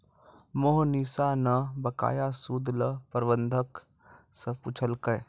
मोहनीश न बकाया सूद ल प्रबंधक स पूछलकै